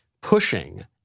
pushing